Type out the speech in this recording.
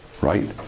right